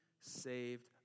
Saved